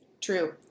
True